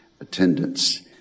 attendance